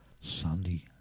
Sunday